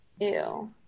Ew